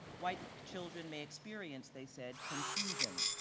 white children may experience, they said, confusion,